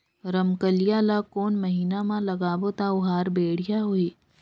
रमकेलिया ला कोन महीना मा लगाबो ता ओहार बेडिया होही?